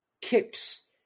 kicks